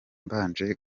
mbanje